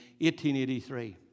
1883